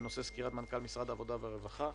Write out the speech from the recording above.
בנושא: סקירת מנכ"ל משרד העבודה והרווחה.